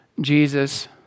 Jesus